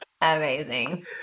Amazing